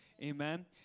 Amen